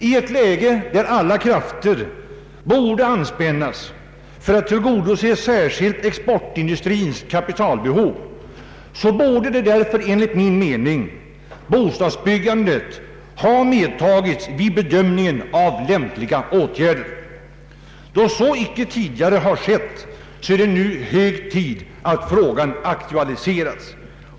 I ett läge där alla krafter borde anspännas för att tillgodose särskilt exportindustrins kapitalbehov borde enligt min mening bostadsbyggandet ha medtagits vid bedömningen av lämpliga åtgärder. Då så icke tidigare skett, är det nu hög tid att frågan aktualiseras.